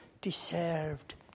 deserved